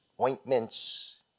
ointments